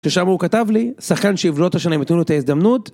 ששם הוא כתב לי, שחקן שיבלוט השנה אם יתנו לו את ההזדמנות...